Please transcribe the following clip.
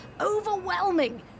overwhelming